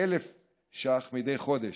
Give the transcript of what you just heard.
כ-1,000 שקלים מדי חודש.